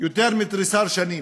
יותר מתריסר שנים,